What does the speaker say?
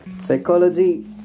psychology